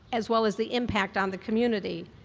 as well as the impact on the community,